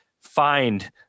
find